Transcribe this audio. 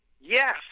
Yes